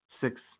six